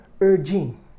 urging